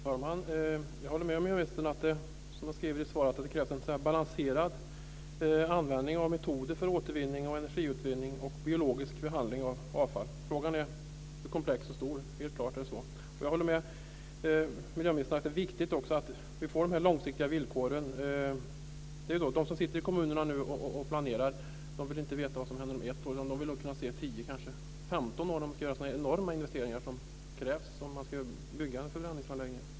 Fru talman! Jag håller med miljöministern om att det krävs en balanserad användning av metoder för återvinning, energiutvinning och biologisk behandling av avfall. Det är helt klart så att frågan är komplex och stor. Jag håller med miljöministern om att det är viktigt att vi får de långsiktiga villkoren. De som sitter i kommunerna och planerar vill inte veta vad som händer om ett år, de vill kunna se 10-15 år framåt för de enorma investeringar som krävs för att bygga förbränningsanläggningar.